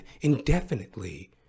indefinitely